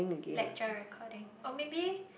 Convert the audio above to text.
lecture recording or maybe